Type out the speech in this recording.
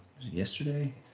yesterday